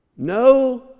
No